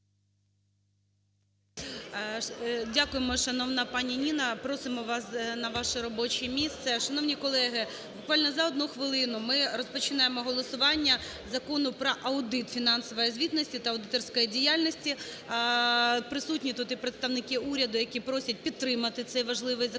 Дякуємо, шановна пані Ніна. Просимо вас на ваше робоче місце. Шановні колеги, буквально за одну хвилину ми розпочинаємо голосування Закону про аудит фінансової звітності та аудиторську діяльність. Присутні тут і представники уряду, які просять підтримати цей важливий законопроект.